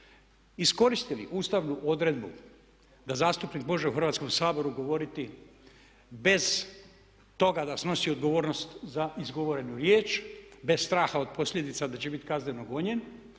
iskoristili ustavnu odredbu da zastupnik može u Hrvatskom saboru govoriti bez toga da snosi odgovornost za izgovorenu riječ, bez straha od posljedica da će biti kažnjeno gonjen,